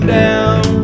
down